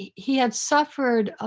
he had suffered